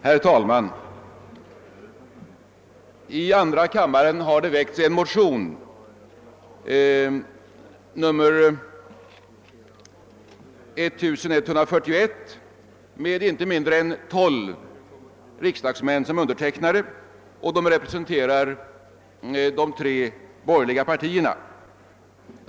Herr talman! I andra kammaren har väckts en motion, nr 1141, undertecknad av inte mindre än 12 riksdagsmän representerande de tre borgerliga partierna.